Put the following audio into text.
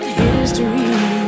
history